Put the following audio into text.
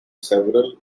several